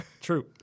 True